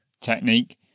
technique